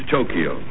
Tokyo